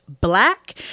Black